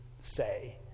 say